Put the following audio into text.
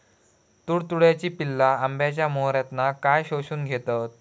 तुडतुड्याची पिल्ला आंब्याच्या मोहरातना काय शोशून घेतत?